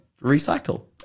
recycle